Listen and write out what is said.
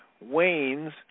wanes